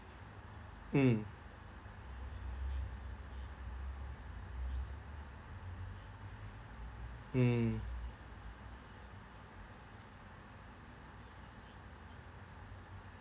mm mm